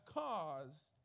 caused